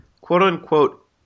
quote-unquote